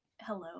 hello